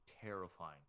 terrifying